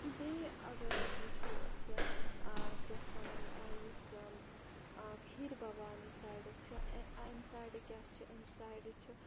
بیٚیہِ اَگَر أسۍ وٕچھو أسۍ چھِ کیاہ اَتھ وَنان یُس کھیٖر بَوانی سایڈَس چھِ امہِ سایڈٕ کیاہ چھُ امہِ سایڈٕ چھُ